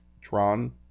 tron